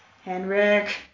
Henrik